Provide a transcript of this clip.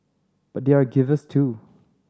but they are givers too